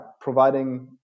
providing